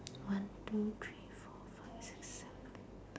one two three four five six seven eight nine